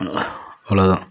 அவ்வளோ தான்